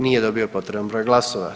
Nije dobio potreban broj glasova.